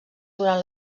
durant